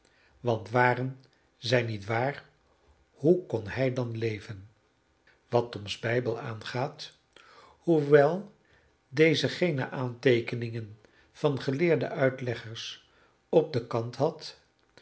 want waren zij niet waar hoe kon hij dan leven wat toms bijbel aangaat hoewel deze geene aanteekeningen van geleerde uitleggers op den kant had